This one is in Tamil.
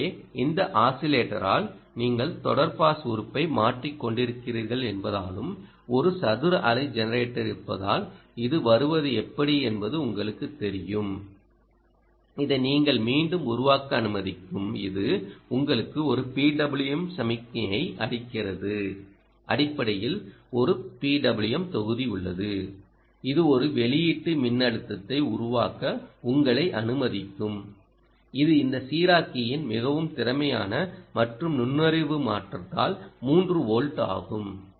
எனவே இந்த ஆஸிலேட்டரால் நீங்கள் இந்த தொடர் பாஸ் உறுப்பை மாற்றிக் கொண்டிருக்கிறீர்கள் என்பதாலும் ஒரு சதுர அலை ஜெனரேட்டர் இருப்பதால் இது வருவது எப்படி என்பது உங்களுக்குத் தெரியும் இதை நீங்கள் மீண்டும் உருவாக்க அனுமதிக்கும் இது உங்களுக்கு ஒரு PWM சமிக்ஞையை அளிக்கிறது அடிப்படையில் ஒரு PWM தொகுதி உள்ளது இது ஒரு வெளியீட்டு மின்னழுத்தத்தை உருவாக்க உங்களை அனுமதிக்கும் இது இந்த சீராக்கியின் மிகவும் திறமையான மற்றும் நுண்ணறிவு மாற்றத்தால் 3 வோல்ட் ஆகும்